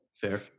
Fair